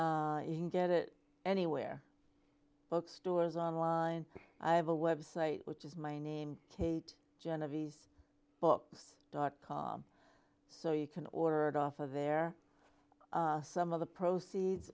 a you can get it anywhere bookstores on line i have a website which is my name kate genovese books dot com so you can order it off of air some of the proceeds